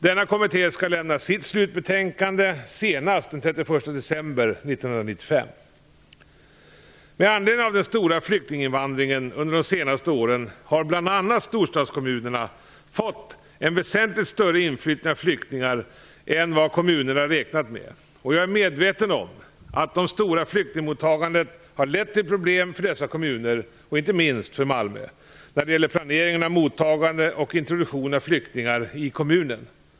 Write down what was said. Denna kommitté skall lämna sitt slutbetänkande senast den 31 december 1995. Med anledning av den stora flyktinginvandringen under de senaste åren har bl.a. storstadskommunerna fått en väsentligt större inflyttning av flyktingar än vad kommunerna har räknat med. Jag är medveten om att det stora flyktingmottagandet har lett till problem för dessa kommuner, inte minst för Malmö, när det gäller planeringen av mottagande och introduktion av flyktingar i kommunen.